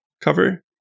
cover